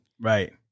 Right